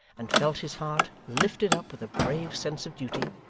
and felt his heart lifted up with a brave sense of duty,